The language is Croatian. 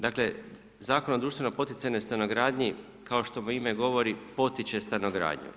Dakle, Zakon o društveno poticanoj stanogradnji, kao što mu ime govori – potiče stanogradnju.